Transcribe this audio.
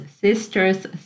sister's